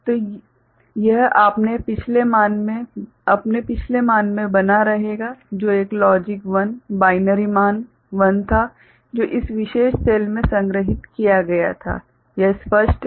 तो यह अपने पिछले मान में बना रहेगा जो एक लॉजिक 1 बाइनरी मान 1 था जो इस विशेष सेल में संग्रहीत किया गया था यह स्पष्ट है